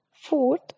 Fourth